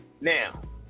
now